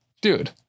dude